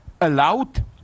allowed